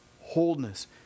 Wholeness